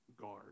guard